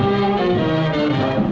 and